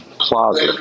plaza